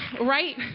right